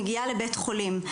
מגיעה לבית החולים,